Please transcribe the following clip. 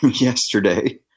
yesterday